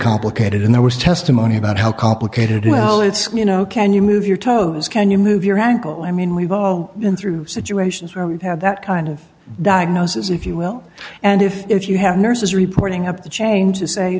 complicated and there was testimony about how complicated well it's you know can you move your toes can you move your ankle i mean we've all been through situations where we have that kind of diagnosis if you well and if you have nurses reporting up the chain to say